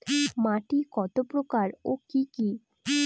মাটি কতপ্রকার ও কি কী?